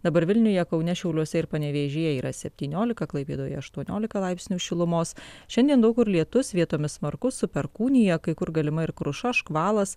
dabar vilniuje kaune šiauliuose ir panevėžyje yra septyniolika klaipėdoje aštuoniolika laipsnių šilumos šiandien daug kur lietus vietomis smarkus su perkūnija kai kur galima ir kruša škvalas